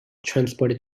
transported